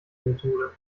methode